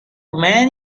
man